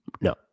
No